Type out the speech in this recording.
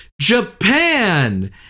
Japan